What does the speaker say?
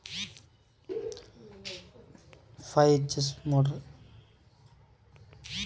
మాకు తొమ్మిది గోళాల బావి ఉంది నేను ఎంత హెచ్.పి పంపును బావిలో వెయ్యాలే?